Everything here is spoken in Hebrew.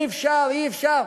אי-אפשר,